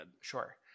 Sure